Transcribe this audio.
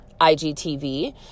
IGTV